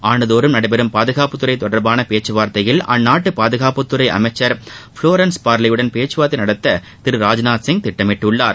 ஆண்டுதோறும் நடைபெறும் பாதுகாப்புத்துறை பேச்சுவார்த்தையில் சம்பந்தமான அந்நாட்டு பாதுகாப்புத்துறை அமைச்சர் புளோரன்ஸ் பார்லியுடன் பேச்சுவார்த்தை நடத்த திரு ராஜ்நாத் சிங் திட்டமிட்டுள்ளார்